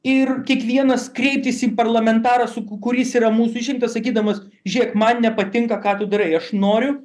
ir kiekvienas kreiptis į parlamentarą suku kuris yra mūsų išrinktas sakydamas žiūrėk man nepatinka ką tu darai aš noriu